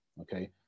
okay